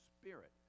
Spirit